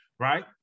Right